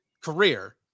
career